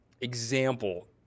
example